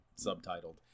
subtitled